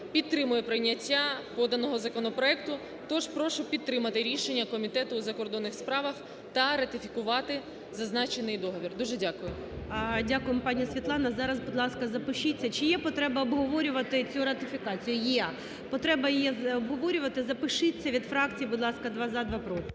підтримує прийняття поданого законопроекту. Тож прошу підтримати рішення Комітету у закордонних справах та ратифікувати зазначений договір. Дуже дякую. ГОЛОВУЮЧИЙ. Дякуємо пані Світлана. Зараз, будь ласка, запишіться. Чи є потреба обговорювати цю ратифікацію? Є, потреба є обговорювати. Запишіться від фракцій, будь ласка, два – за, два –